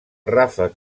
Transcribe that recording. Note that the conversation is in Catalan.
ràfec